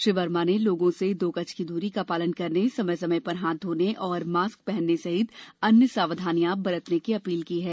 श्री वर्मा ने लोगों से दो गज की दूरी का पालन करने समय समय पर हाथ धोने और मास्क पहनने सहित अन्य सावधानियां बरतने की अपील की है